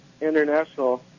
international